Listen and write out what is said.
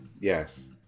Yes